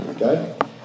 okay